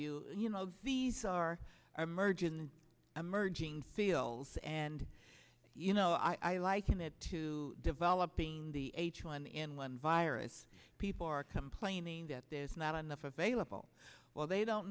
you you know these are our emergency emerging feels and you know i liken it to developing the h one n one virus people are complaining that there's not enough available well they don't